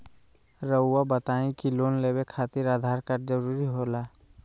रौआ बताई की लोन लेवे खातिर आधार कार्ड जरूरी होला?